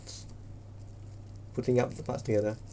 putting up the parts together